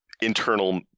internal